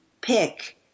pick